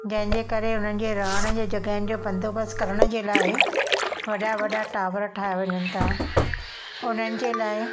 जंहिंजे करे हुननि जे रहण जी जॻहियुनि जो बंदोबस्तु करण जे लाइ वॾा वॾा टॉवर ठाहिया वञनि था उनजे लाइ